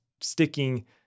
sticking